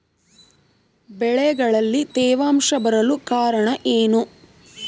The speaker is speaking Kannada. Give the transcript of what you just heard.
ಬೆಳೆಗಳಲ್ಲಿ ತೇವಾಂಶ ಬರಲು ಕಾರಣ ಏನು?